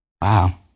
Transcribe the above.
Wow